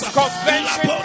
convention